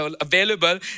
available